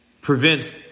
prevents